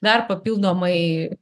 dar papildomai